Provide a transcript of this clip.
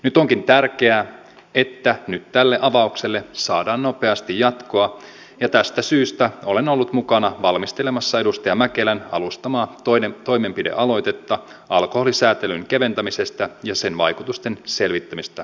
nyt onkin tärkeää että tälle avaukselle saadaan nopeasti jatkoa ja tästä syystä olen ollut mukana valmistelemassa edustaja mäkelän alustamaa toimenpidealoitetta alkoholisääntelyn keventämisestä ja sen vaikutusten selvittämistä kokeilulailla